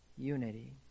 unity